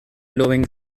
blowing